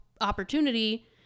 opportunity